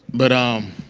but, um,